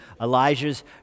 elijah's